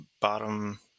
bottom